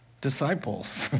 Disciples